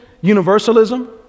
universalism